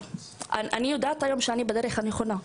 אני יודעת היום שאני בדרך הנכונה,